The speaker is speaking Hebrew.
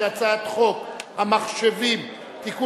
ההצעה להעביר את הצעת חוק המחשבים (תיקון,